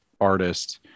artist